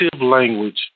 language